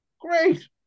Great